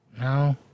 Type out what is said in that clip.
No